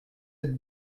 êtes